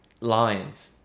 Lions